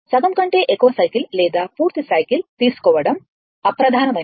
సగం కంటే ఎక్కువ సైకిల్ లేదా పూర్తి సైకిల్ తీసుకోవడం అప్రధానమైనది